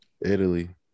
Italy